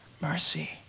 mercy